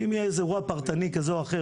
אם יהיה איזה אירוע פרטני כזה או אחר